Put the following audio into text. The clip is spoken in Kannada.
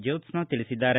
ಜೋತ್ಸ್ನಾ ತಿಳಿಸಿದ್ದಾರೆ